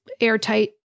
airtight